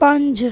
पंज